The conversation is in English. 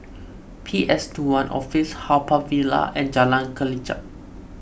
P S two one Office Haw Par Villa and Jalan Kelichap